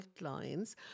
lines